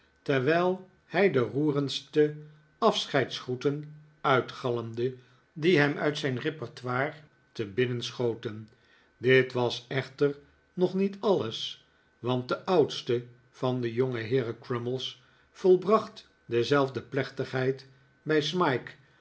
terwijl hij de roerendste afscheidsgroeten uitgalmde die hem uit zijn repertoire te binnen schoten dit was echter nog niet alles want de oudste van de jongeheeren crummies volbracht dezelfde plechfigheid bij smike